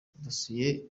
dosiye